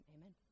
Amen